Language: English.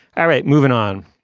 all right moving on